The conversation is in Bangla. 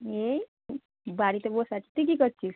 এই বাড়িতে বসে আছি তুই কী করছিস